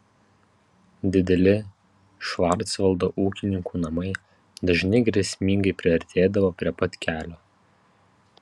dideli švarcvaldo ūkininkų namai dažnai grėsmingai priartėdavo prie pat kelio